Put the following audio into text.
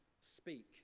speak